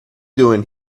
doing